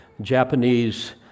Japanese